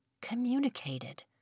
communicated